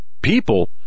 people